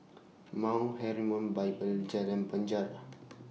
Mount Hermon Bible Jalan Penjara